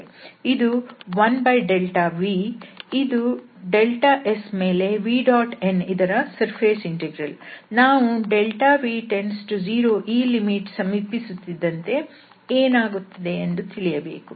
ಇದು 1δV ಇದು S ಮೇಲೆ vnಇದರ ಸರ್ಫೇಸ್ ಇಂಟೆಗ್ರಲ್ ನಾವು 𝛿𝑉→0 ಈ ಲಿಮಿಟ್ ಸಮೀಪಿಸುತ್ತಿದ್ದಂತೆ ಏನಾಗುತ್ತದೆ ಎಂದು ತಿಳಿಯಬೇಕು